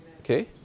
Okay